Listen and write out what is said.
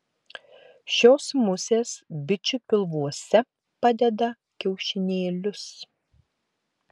šios musės bičių pilvuose padeda kiaušinėlius